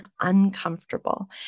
uncomfortable